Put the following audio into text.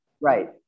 Right